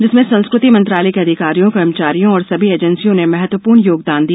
जिसमें संस्कृति मंत्रालय के अधिकारियों कर्मचारियों और सभी एजेंसियों ने महत्वपूर्ण योगदान दिया